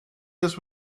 this